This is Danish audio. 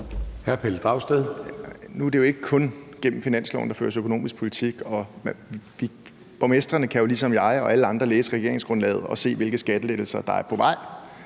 Nu er det jo ikke kun gennem finansloven, at der føres økonomisk politik. Borgmestrene kan jo ligesom jeg og alle andre læse regeringsgrundlaget og se, hvilke skattelettelser der er på vej.